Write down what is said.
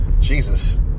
Jesus